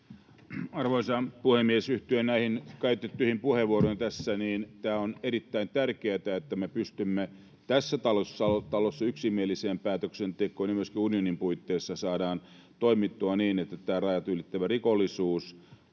Arvoisa puhemies! Yhdyn näihin käytettyihin puheenvuoroihin tässä. Tämä on erittäin tärkeätä, että me pystymme tässä talossa yksimieliseen päätöksentekoon ja myöskin unionin puitteissa saadaan toimittua niin, että tähän rajat ylittävään rikollisuuteen,